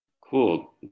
Cool